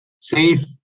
safe